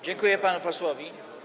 Dziękuję panu posłowi.